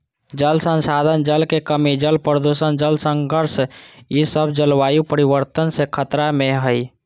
जल संसाधन, जल के कमी, जल प्रदूषण, जल संघर्ष ई सब जलवायु परिवर्तन से खतरा में हइ